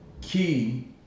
key